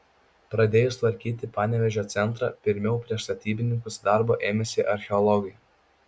pradėjus tvarkyti panevėžio centrą pirmiau prieš statybininkus darbo ėmėsi archeologai